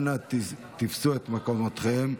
אנא תפסו את מקומותיכם.